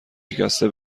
شکسته